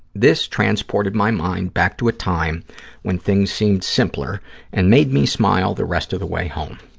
this transported my mind back to a time when things seemed simpler and made me smile the rest of the way home.